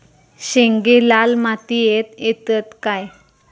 शेंगे लाल मातीयेत येतत काय?